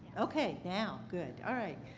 okay. now. good. alright.